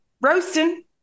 Roasting